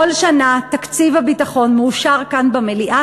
כל שנה תקציב הביטחון מאושר כאן במליאה